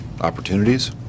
opportunities